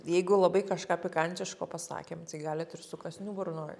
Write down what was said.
jeigu labai kažką pikantiško pasakėm tai galit ir su kąsniu burnoj